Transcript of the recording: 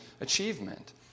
achievement